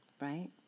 right